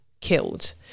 killed